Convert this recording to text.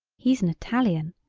he's an italian,